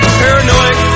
paranoid